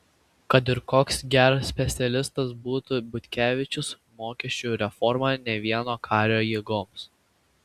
kad ir koks geras specialistas būtų butkevičius mokesčių reforma ne vieno kario jėgoms